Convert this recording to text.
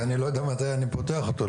כי אני לא יודע מתי אני פותח אותו,